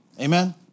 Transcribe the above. Amen